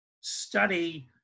study